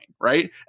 right